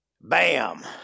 bam